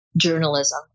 journalism